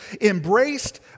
embraced